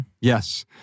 yes